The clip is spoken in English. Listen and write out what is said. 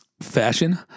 fashion